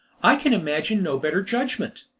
i can imagine no better judgment.